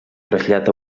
trasllat